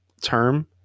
term